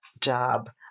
job